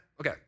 Okay